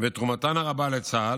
ותרומתן הרבה לצה"ל,